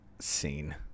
Scene